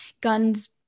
guns